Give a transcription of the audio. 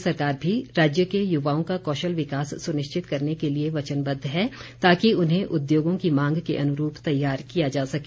प्रदेश सरकार भी राज्य के युवाओं का कौशल विकास सुनिश्चित करने के लिए वचनबद्व है ताकि उन्हें उद्योगों की मांग के अनुरूप तैयार किया जा सके